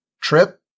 Trip